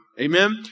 Amen